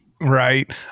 Right